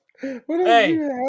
Hey